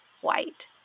white